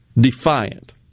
defiant